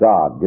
God